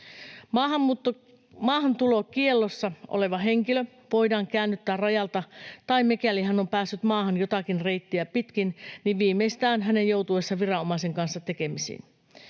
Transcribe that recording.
Maahantulokiellossa oleva henkilö voidaan käännyttää rajalta tai — mikäli hän on päässyt maahan jotakin reittiä pitkin — viimeistään hänen joutuessaan viranomaisen kanssa tekemisiin.